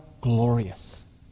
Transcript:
glorious